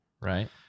Right